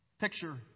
Picture